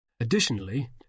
Additionally